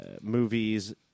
movies